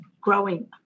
growing